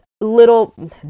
little